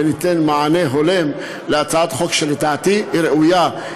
וניתן מענה הולם של הצעת חוק שלדעתי היא ראויה.